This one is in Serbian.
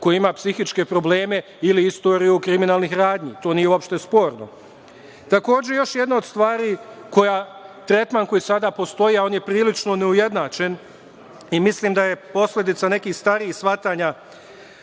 ko ima psihičke probleme ili istoriju kriminalnih radnji. To nije uopšte sporno. Još jedna od stvari je tretman koji sada postoji, a on je prilično neujednačen i mislim da je posledica nekih starijih shvatanja